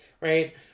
right